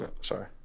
sorry